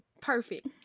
perfect